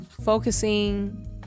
focusing